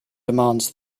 demands